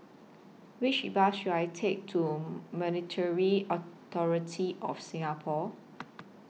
Which Bus should I Take to Monetary Authority of Singapore